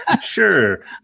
sure